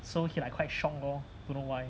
so he like quite shocked lor don't know why